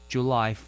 July